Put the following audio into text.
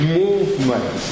movement